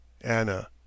ANNA